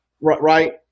Right